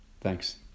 Thanks